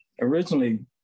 Originally